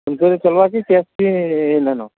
ଫୋନ୍ପେ'ରେ ଚଲ୍ବା କି କ୍ୟାସ୍ ବି ନେଇନ